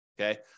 Okay